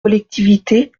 collectivités